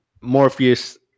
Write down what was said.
Morpheus